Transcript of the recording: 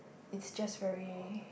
it's just very